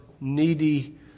needy